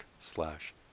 slash